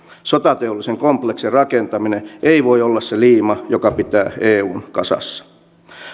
sotateollisen kompleksin rakentaminen ei voi olla se liima joka pitää eun kasassa